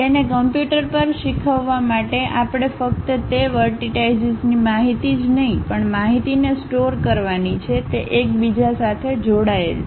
તેને કમ્પ્યુટર પર શીખવવા માટે આપણે ફક્ત તે વર્ટિટાઈશીસની માહિતી જ નહીં પણ માહિતીને સ્ટોર કરવાની છે જે એકબીજા સાથે જોડાયેલ છે